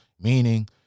meaning